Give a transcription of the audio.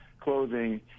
clothing